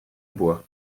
bois